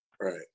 Right